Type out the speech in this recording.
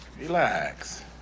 Relax